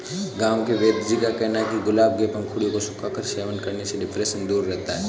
गांव के वेदजी का कहना है कि गुलाब के पंखुड़ियों को सुखाकर सेवन करने से डिप्रेशन दूर रहता है